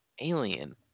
Alien